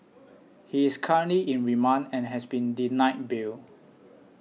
he is currently in remand and has been denied bail